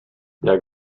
der